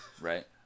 right